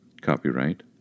Copyright